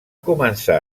començar